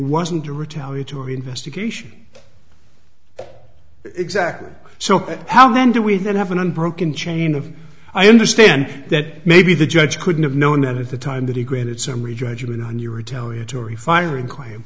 wasn't a retaliatory investigation exactly so how then do we then have an unbroken chain of i understand that maybe the judge couldn't have known that at the time that he granted summary judgment on your retaliatory firing claim